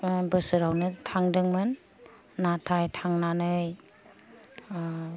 ओह बोसोरावनो थांदोंमोन नाथाय थांनानै ओह